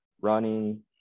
running